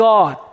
God